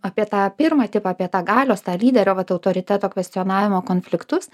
apie tą pirmą tipą apie tą galios tą lyderio vat autoriteto kvestionavimo konfliktus